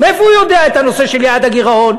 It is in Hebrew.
מאיפה הוא יודע את הנושא של יעד הגירעון?